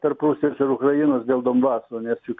tarp rusijos ir ukrainos dėl donbaso nes juk